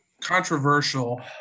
controversial